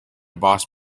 boss